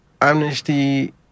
Amnesty